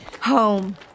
Home